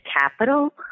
capital